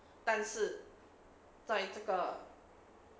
但是在这个